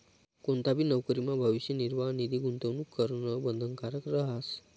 कोणताबी नवकरीमा भविष्य निर्वाह निधी गूंतवणूक करणं बंधनकारक रहास